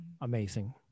Amazing